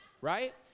Right